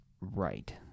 right